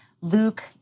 Luke